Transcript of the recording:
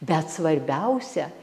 bet svarbiausia